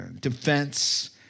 defense